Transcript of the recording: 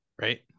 right